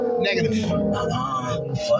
Negative